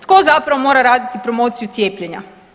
Tko zapravo mora raditi promociju cijepljenja?